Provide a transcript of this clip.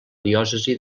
diòcesi